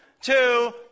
two